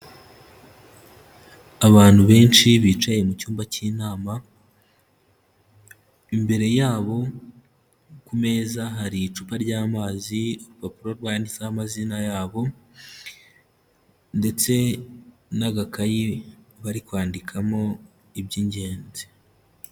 Abantu benshi bicaye mu cyumba cy'inama, imbere yabo ku meza hari icupa ry'amazi, n'urupapuro rwanditseho amazina yabo, ndetse n'agakayi bari kwandikamo iby'ingenzi.